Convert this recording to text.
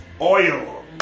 oil